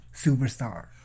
superstar